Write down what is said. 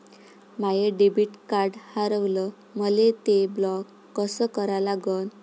माय debit card हारवलं, मले ते ब्लॉक कस करा लागन?